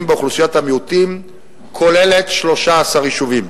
באוכלוסיית המיעוטים כוללת 13 יישובים: